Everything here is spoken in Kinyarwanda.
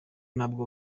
ntabwo